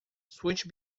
switch